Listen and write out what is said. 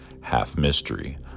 half-mystery